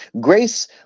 grace